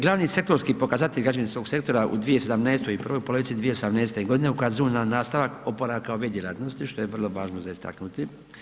Glavni sektorski pokazatelj građevinskog sektora u 2017. i prvoj polovici 2018. godine ukazuju na nastavak oporavka ove djelatnosti, što je vrlo važno za istaknuti.